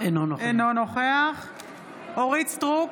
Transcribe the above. אינו נוכח אורית מלכה סטרוק,